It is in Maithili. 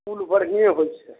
कुल बढियें होइ छै